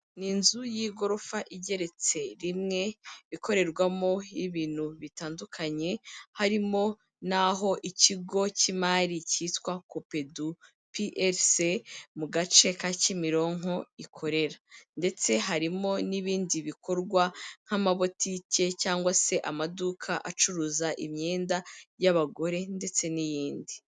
Ni inzu y'igorofa igeretse rimwe, ikorerwamo ibintu bitandukanye, harimo n'aho ikigo cy'imari cyitwa copedu PRC mu gace ka Kimironko ikorera, ndetse harimo n'ibindi bikorwa nk'amabutike cyangwa se amaduka acuruza imyenda y'abagore ndetse n'iyindi.